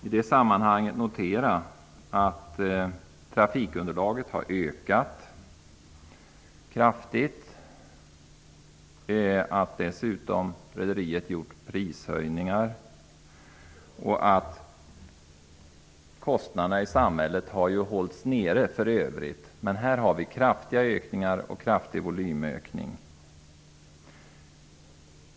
I det sammanhanget bör noteras att trafikunderlaget kraftigt har ökat och att rederiet dessutom har infört prishöjningar. Kostnaderna i samhället i övrigt har hållits nere medan man här kan se kraftiga prishöjningar och en kraftig volymökning.